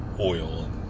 oil